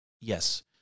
Yes